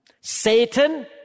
Satan